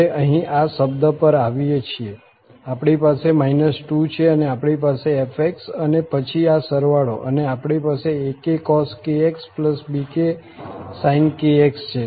હવે અહીં આ શબ્દ પર આવીએ છીએ આપણી પાસે 2 છે અને આપણી પાસે f અને પછી આ સરવાળો અને આપણી પાસે akcos⁡bksin⁡ છે